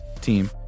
team